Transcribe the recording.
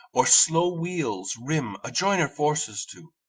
or slow wheel's rim a joiner forces to.